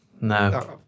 No